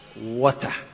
Water